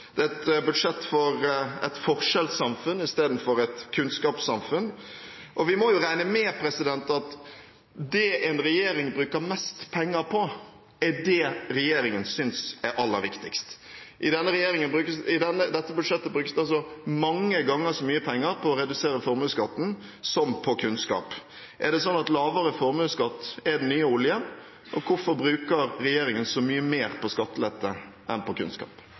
er et budsjett for et forskjellssamfunn istedenfor et kunnskapssamfunn. Vi må regne med at det en regjering bruker mest penger på, er det regjeringen synes er aller viktigst. I dette budsjettet brukes det mange ganger så mye penger på å redusere formuesskatten som på kunnskap. Er det sånn at lavere formuesskatt er den nye oljen, og hvorfor bruker regjeringen så mye mer på skattelette enn på kunnskap?